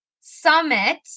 summit